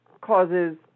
causes